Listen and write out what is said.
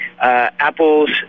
apples